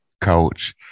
coach